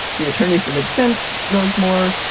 the attorney for the defense knows more,